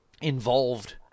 involved